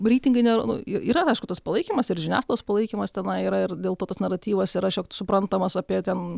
reitingai nėra yra aišku tas palaikymas ir žiniasklaidos palaikymas tenai yra ir dėl to tas naratyvas yra šio suprantamas apie ten